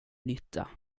nytta